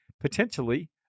potentially